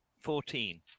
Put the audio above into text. Fourteen